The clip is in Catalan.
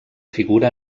figura